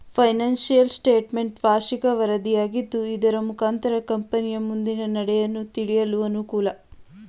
financial statement ವಾರ್ಷಿಕ ವರದಿಯಾಗಿದ್ದು ಇದರ ಮುಖಾಂತರ ಕಂಪನಿಯ ಮುಂದಿನ ನಡೆಯನ್ನು ತಿಳಿಯಲು ಅನುಕೂಲ